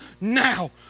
now